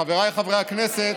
חבריי חברי הכנסת,